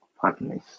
partners